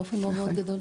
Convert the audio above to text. באופן מאוד-מאוד גדול.